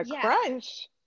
crunch